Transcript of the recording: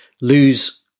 lose